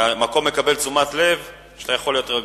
והמקום מקבל תשומת לב, ואתה יכול להיות רגוע.